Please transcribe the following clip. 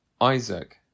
Isaac